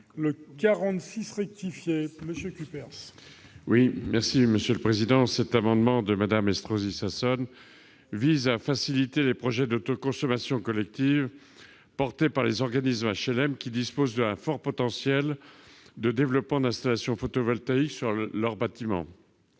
n° 46 rectifié. Cet amendement de Mme Estrosi Sassone vise à faciliter les projets d'autoconsommation collective portés par les organismes d'HLM disposant d'un fort potentiel de développement d'installations photovoltaïques sur leurs bâtiments.